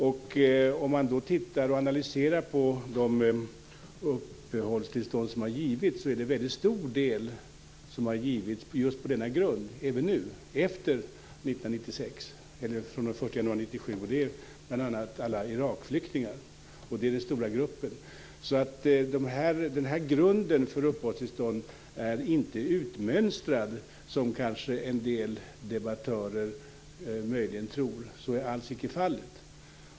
Om man då tittar på och analyserar de uppehållstillstånd som har givits, så är det även nu, efter den 1 januari 1997, en väldigt stor del som har givits just på denna grund. Det gäller bl.a. alla Irakflyktingar. Det är den stora gruppen. Så den här grunden för uppehållstillstånd är inte utmönstrad som en del debattörer möjligen tror. Så är alls icke fallet.